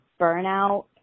burnout